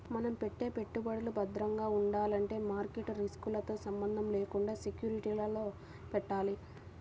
మనం పెట్టే పెట్టుబడులు భద్రంగా ఉండాలంటే మార్కెట్ రిస్కులతో సంబంధం లేకుండా సెక్యూరిటీలలో పెట్టాలి